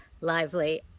Lively